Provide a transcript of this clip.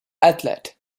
athlete